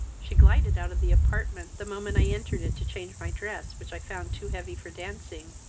she glided out of the apartment the moment i entered it to change my dress, which i found too heavy for dancing.